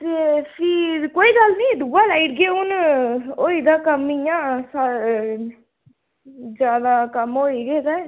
ते फ्ही कोई गल्ल निं दूआ लाई ओड़गे हून होई दा कम्म इ'यां जैदा कम्म होई गेदा ऐ